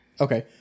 Okay